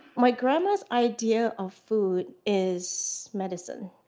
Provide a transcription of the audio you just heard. my grandma's idea of food is medicine,